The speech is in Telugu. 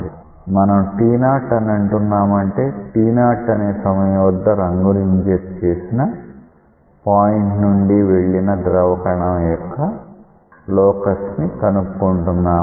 మనం t0 అని అంటున్నామంటే t0 అనే సమయం వద్ద రంగు ని ఇంజెక్ట్ చేసిన పాయింట్ నుండి వెళ్లిన ద్రవ కణం యొక్క లోకస్ ని కనుక్కుంటున్నామని అర్ధం